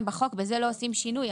בחוק כבר היום; בזה לא עושים שינוי.